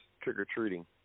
trick-or-treating